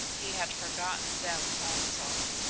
he had forgotten them also.